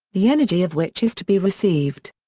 the energy of which is to be received.